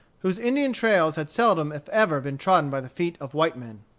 whose indian trails had seldom if ever been trodden by the feet of white men.